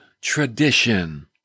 tradition